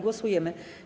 Głosujemy.